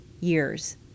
years